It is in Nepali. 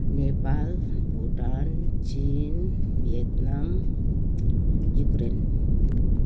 नेपाल भुटान चिन भियतनाम युक्रेन